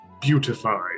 beautified